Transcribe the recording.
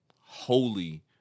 holy